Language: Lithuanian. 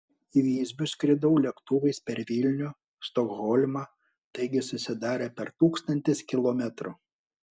į visbių skridau lėktuvais per vilnių stokholmą taigi susidarė per tūkstantis kilometrų